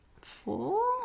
four